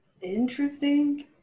interesting